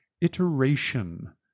iteration